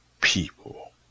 people